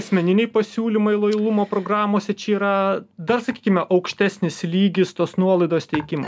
asmeniniai pasiūlymai lojalumo programose čia yra dar sakykime aukštesnis lygis tos nuolaidos teikimui